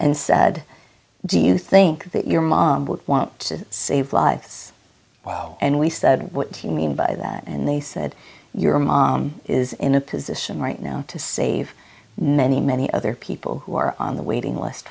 and said do you think that your mom would want to save lives and we said what do you mean by that and they said your mom is in a position right now to save many many other people who are on the waiting list